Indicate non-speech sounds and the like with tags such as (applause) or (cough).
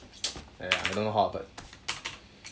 (noise) !aiya! don't know how but